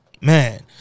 Man